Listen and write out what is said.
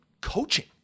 coaching